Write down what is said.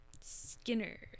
skinner